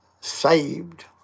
saved